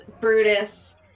Brutus